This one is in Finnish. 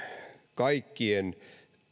kaikkien